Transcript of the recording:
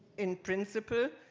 in principle.